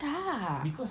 tak